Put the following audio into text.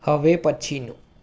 હવે પછીનું